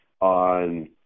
on